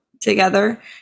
together